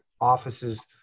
offices